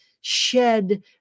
shed